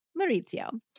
Maurizio